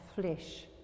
flesh